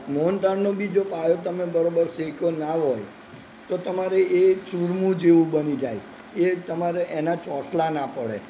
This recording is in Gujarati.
મોહનથાળનો બી જો પાયો તમે બરોબર શેક્યો ના હોય તો તમારે એ ચુરમું જેવું બની જાય એ તમારે એનાં ચોસલાં ના પડે